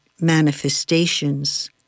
manifestations